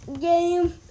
game